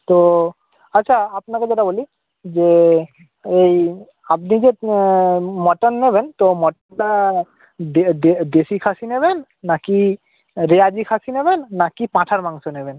তো আচ্ছা আপনাকে যেটা বলি যে এই আপনি যে মাটন নেবেন তো মাটনটা দেশি খাসি নেবেন না কি রেওয়াজি খাসি নেবেন না কি পাঁঠার মাংস নেবেন